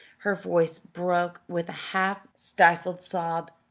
her voice broke with a half-stifled sob.